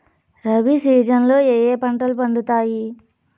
rabi season లో ఏ ఏ పంటలు పండుతాయి